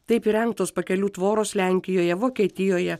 taip įrengtos pakelių tvoros lenkijoje vokietijoje